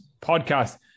podcast